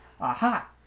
Aha